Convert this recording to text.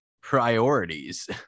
Priorities